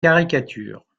caricature